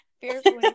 fearfully